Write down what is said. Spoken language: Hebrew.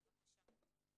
בבקשה.